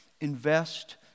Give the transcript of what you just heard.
invest